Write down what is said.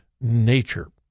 nature